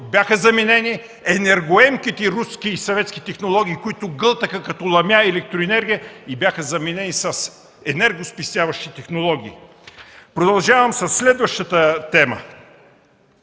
бяха заменени енергоемките руски и съветски технологии, които гълтаха като ламя електроенергия, с енергоспестяващи технологии. Продължавам със следващата тема.